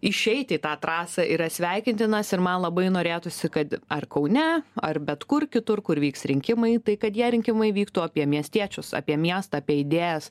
išeiti į tą trasą yra sveikintinas ir man labai norėtųsi kad ar kaune ar bet kur kitur kur vyks rinkimai tai kad jie rinkimai vyktų apie miestiečius apie miestą apie idėjas